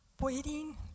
waiting